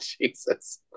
Jesus